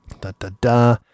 Da-da-da